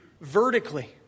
vertically